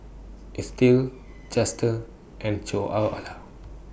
Estill Justus and Ceola